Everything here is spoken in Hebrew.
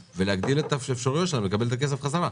ולהגדיל את האפשרויות שלהם לקבל את הכסף חזרה.